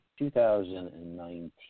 2019